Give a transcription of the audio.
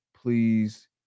please